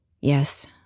Yes